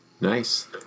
Nice